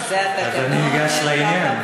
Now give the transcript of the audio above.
אז אני אגש לעניין.